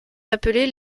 appelés